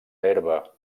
herba